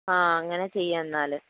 ആ അങ്ങനെ ചെയ്യാം എന്നാൽ